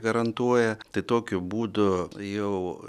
garantuoja tai tokiu būdu jau